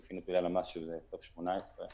שלפי נתוני הלמ"ס, שזה בסוף 2018,